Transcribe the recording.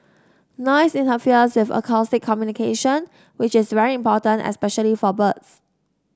noise interferes of acoustic communication which is very important especially for birds